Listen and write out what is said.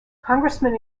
congressman